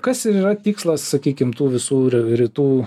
kas ir yra tikslas sakykim tų visų rytų